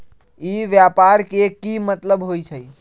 ई व्यापार के की मतलब होई छई?